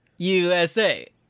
USA